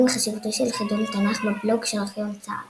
וחשיבותו של חידון התנ"ך בבלוג של ארכיון צה"ל